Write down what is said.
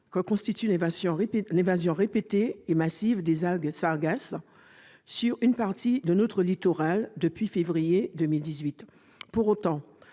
que constitue l'invasion répétée et massive des algues sargasses sur une partie de notre littoral depuis le mois de février dernier. Pour autant,